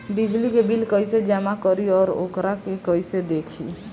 बिजली के बिल कइसे जमा करी और वोकरा के कइसे देखी?